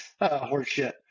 horseshit